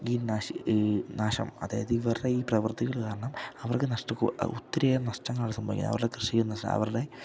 ഈ നാശം ഈ നാശം അതായത് ഇവരുടെ ഈ പ്രവർത്തികൾ കാരണം അവർക്ക് നഷ്ടം ഒത്തിരിയേറെ നഷ്ടങ്ങളാണ് സംഭവിക്കുന്നത് അവരുടെ കൃഷി എന്ന് വച്ച് അവരുടെ